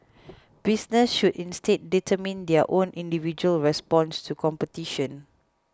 businesses should instead determine their own individual responses to competition